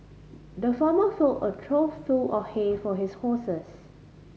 the farmer filled a trough full of hay for his horses